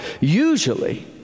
usually